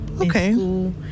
okay